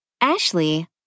ashley